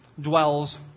dwells